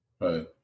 Right